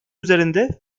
üzerinde